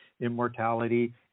immortality